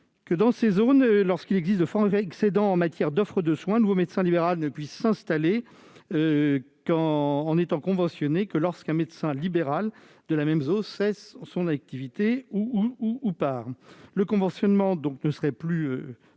de médecins, pour leurs forts excédents en matière d'offre de soins, un nouveau médecin libéral ne puisse s'installer en étant conventionné que lorsqu'un médecin libéral de la même zone cesse son activité. Le conventionnement ne serait plus possible